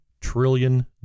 trillion